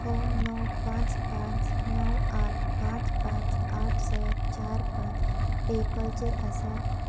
हो णव पांच पांच णव आठ पांच पांच आठ स चार पांच पेपराचेर आसा